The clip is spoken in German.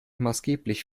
maßgeblich